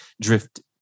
drift